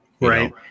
right